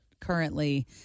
currently